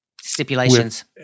stipulations